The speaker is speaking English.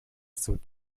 suit